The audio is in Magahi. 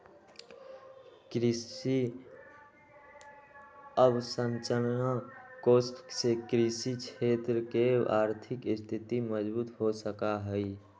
कृषि अवसरंचना कोष से कृषि क्षेत्र के आर्थिक स्थिति मजबूत हो सका हई